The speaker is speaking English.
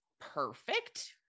perfect